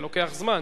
זה לוקח זמן,